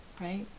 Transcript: right